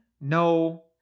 no